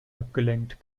abgelenkt